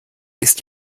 ist